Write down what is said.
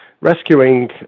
rescuing